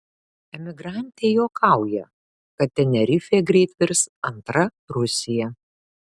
emigrantė juokauja kad tenerifė greit virs antra rusija